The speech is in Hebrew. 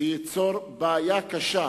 ייצור בעיה קשה.